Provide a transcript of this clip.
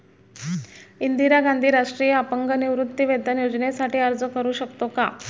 इंदिरा गांधी राष्ट्रीय अपंग निवृत्तीवेतन योजनेसाठी अर्ज करू शकतो का?